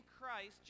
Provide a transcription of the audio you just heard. Christ